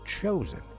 chosen